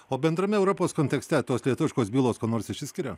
o bendrame europos kontekste tos lietuviškos bylos kuo nors išsiskiria